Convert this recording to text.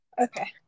Okay